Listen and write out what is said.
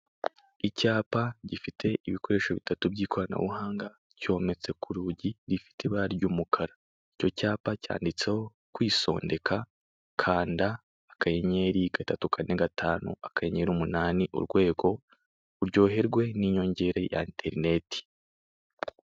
Icyapa gifite ibikoresho bitatu by'ikoranabuhanga cyometse ku rugi, gifite ibara ry'umukara. Icyo cyapa cyanditseho "Kwisondeka". Kanda akanyenyeri, gatatu kane gatanu, akanyenyeri umunani, urwego, uryoherwe n'inyongera ya interineti.